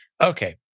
okay